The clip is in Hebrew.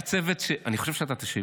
היה צוות, אני חושב שאתה תשיב.